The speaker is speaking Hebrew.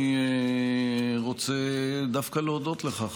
אני רוצה דווקא להודות לך,